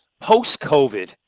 Post-COVID